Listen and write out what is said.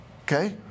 Okay